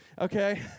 Okay